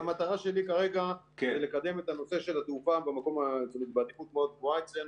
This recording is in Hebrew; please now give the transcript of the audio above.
המטרה שלי כרגע היא לקדם את הנושא של התעופה בעדיפות מאוד גבוהה אצלנו.